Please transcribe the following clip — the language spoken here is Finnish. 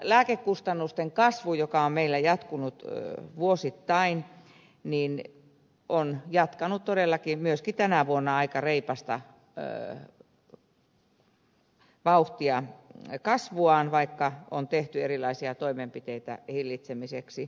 lääkekustannusten kasvu joka on meillä jatkunut vuosittain on jatkanut todellakin kasvuaan myöskin tänä vuonna aika reipasta vauhtia vaikka on tehty erilaisia toimenpiteitä sen hillitsemiseksi